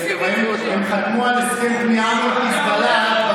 הם חתמו על הסכם הכניעה עם חיזבאללה.